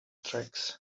tracks